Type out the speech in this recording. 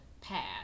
path